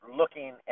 looking